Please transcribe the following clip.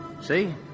See